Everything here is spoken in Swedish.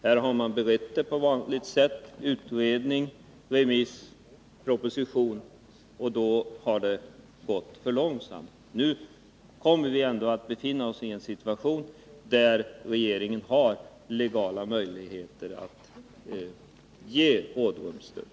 Här har man berett ärendet på vanligt sätt — utredning, remiss, proposition — och då har det gått för långsamt. Nu kommer vi ändå att Granskning av befinna oss i en situation där regeringen har legala möjligheter att ge rådrumsstöd.